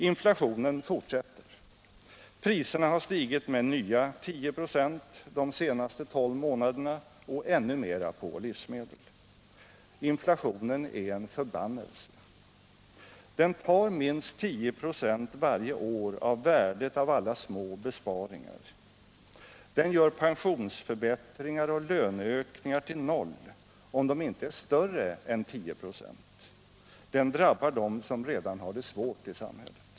Inflationen fortsätter. Priserna har stigit med nya 10 96 de senaste tolv månaderna och ännu mera på livsmedel. Inflationen är en förbannelse. Den tar minst 10 4 varje år av värdet av alla små besparingar, den gör pensionsförbättringar och löneökningar till noll, om de inte är större än 10 96, den drabbar dem som redan har det svårt i samhället.